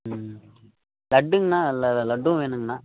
ம் லட்டுங்கண்ணா ல ல லட்டும் வேணுங்கண்ணா